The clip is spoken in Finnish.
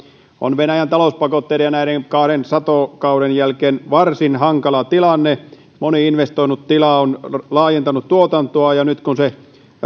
on venäjän talouspakotteiden ja näiden kahden satokauden jälkeen varsin hankala tilanne moni investoinut tila on laajentanut tuotantoa ja nyt kun